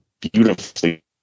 beautifully